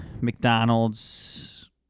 McDonald's